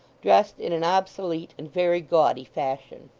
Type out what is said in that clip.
dressed in an obsolete and very gaudy fashion.